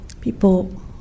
People